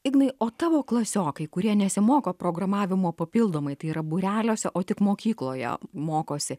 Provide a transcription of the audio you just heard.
ignai o tavo klasiokai kurie nesimoko programavimo papildomai tai yra būreliuose o tik mokykloje mokosi